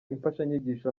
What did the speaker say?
imfashanyigisho